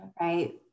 Right